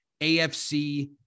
AFC